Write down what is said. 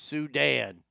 Sudan